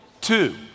Two